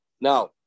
Now